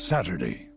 Saturday